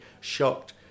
shocked